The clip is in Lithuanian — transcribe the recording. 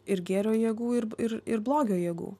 ir gėrio jėgų ir ir ir blogio jėgų